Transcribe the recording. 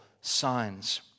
signs